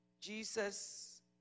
Jesus